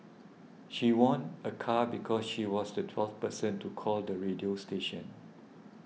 she won a car because she was the twelfth person to call the radio station